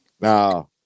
now